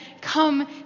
come